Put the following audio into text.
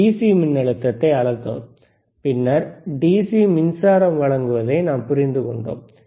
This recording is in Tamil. டிசி மின்னழுத்தத்தை அளந்தோம் பின்னர் டிசி மின்சாரம் வழங்குவதை நாம் புரிந்துகொண்டோம்